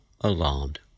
alarmed